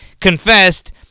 confessed